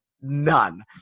none